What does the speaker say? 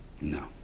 no